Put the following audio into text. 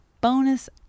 bonus